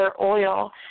oil